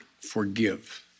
forgive